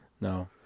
no